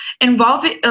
involving